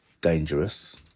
dangerous